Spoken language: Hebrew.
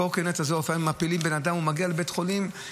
הקורקינט הזה לפעמים מפיל בן אדם והוא מגיע לבית חולים,